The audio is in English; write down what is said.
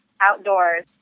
outdoors